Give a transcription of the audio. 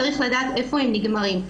צריך לדעת איפה הם נגמרים,